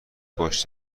باش